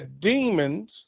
demons